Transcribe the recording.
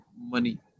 money